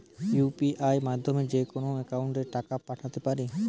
UPI মাধ্যমে যেকোনো একাউন্টে টাকা পাঠাতে পারি?